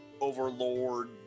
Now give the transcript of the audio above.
Overlord